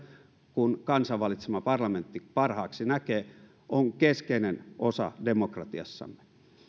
kuin kansan valitsema parlamentti parhaaksi näkee on keskeinen osa demokratiassamme